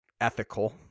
ethical